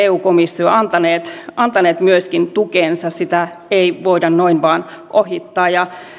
eu komissio antaneet antaneet myöskin tukensa sitä ei voida noin vain ohittaa